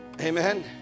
amen